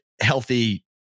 healthy